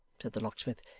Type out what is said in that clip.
said the locksmith,